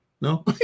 No